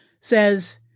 Says